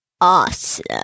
awesome